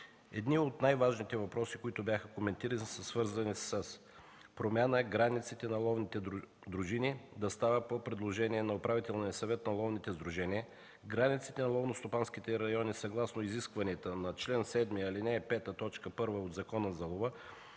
Едни от най-важните въпроси, които бяха коментирани, са свързани с промяната на границите на ловните дружини да става по предложение на управителния съвет на ловните сдружения, границите на ловностопанските райони, съгласно изискванията на чл. 7, ал. 5, т. 1 от Закона за лова